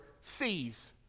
sees